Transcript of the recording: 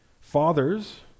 Fathers